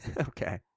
Okay